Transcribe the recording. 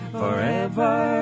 forever